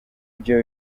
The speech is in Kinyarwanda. byo